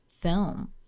film